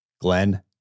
Glenn